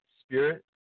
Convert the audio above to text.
spirit